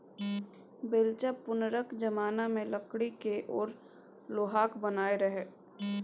बेलचा पुरनका जमाना मे लकड़ी केर आ लोहाक बनय रहय